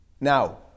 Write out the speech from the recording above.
Now